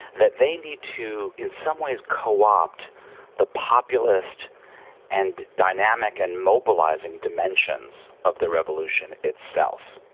that they need to in some ways coopt the populist and dynamic and mobilising dimensions of the revolution itself.